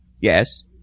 Yes